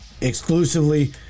exclusively